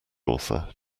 author